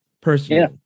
personally